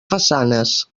façanes